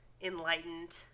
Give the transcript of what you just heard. Enlightened